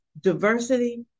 diversity